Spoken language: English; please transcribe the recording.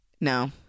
No